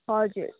हजुर